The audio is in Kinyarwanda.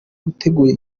biteguye